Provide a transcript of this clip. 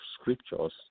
scriptures